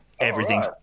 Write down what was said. Everything's